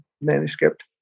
manuscript